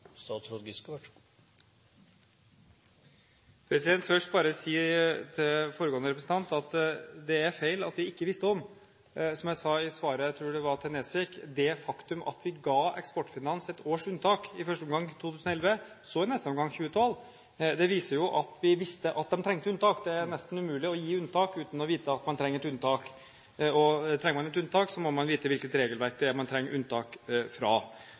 statsråd – at dette er saker som er uhyre følsomme for Norges situasjon ute, og det kan fort smitte over på ganske mange andre institusjoner. Først vil jeg bare si til foregående taler at det er feil at vi ikke visste om – som jeg sa i svaret, jeg tror det var til Nesvik – det faktum at vi ga Eksportfinans et års unntak, i første omgang 2011, så i neste omgang 2012. Det viser jo at vi visste at de trengte unntak. Det er nesten umulig å gi unntak uten å vite at man trenger det. Trenger man et unntak, må